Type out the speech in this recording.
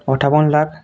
ଅଠାବନ୍ lakh